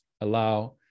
allow